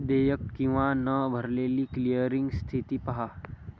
देयक किंवा न भरलेली क्लिअरिंग स्थिती पहा